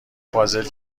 پازل